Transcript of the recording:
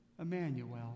Emmanuel